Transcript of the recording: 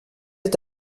est